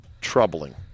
troubling